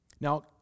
Now